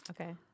Okay